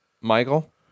Michael